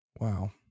Wow